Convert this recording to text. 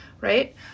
Right